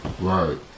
Right